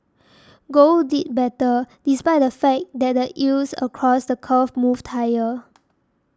gold did better despite the fact that the yields across the curve moved higher